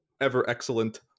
ever-excellent